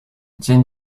dzień